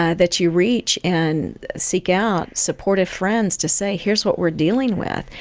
ah that you reach and seek out supportive friends to say, here's what we're dealing with,